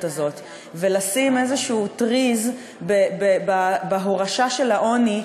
הזאת ולשים איזשהו טריז בהורשה של העוני,